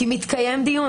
כי מתקיים דיון.